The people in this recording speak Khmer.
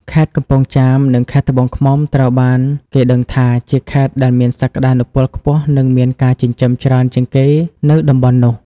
ខេត្តកំពង់ចាម និង ខេត្តត្បូងឃ្មុំ ត្រូវបានគេដឹងថា ជាខេត្តដែលមានសក្តានុពលខ្ពស់និងមានការចិញ្ចឹមច្រើនជាងគេនៅតំបន់នោះ។